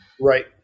right